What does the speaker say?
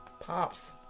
Pops